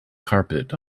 carpet